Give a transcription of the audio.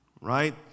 Right